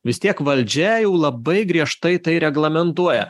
vis tiek valdžia jau labai griežtai tai reglamentuoja